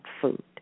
food